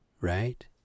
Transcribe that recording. Right